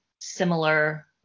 similar